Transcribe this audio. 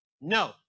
No